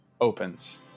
opens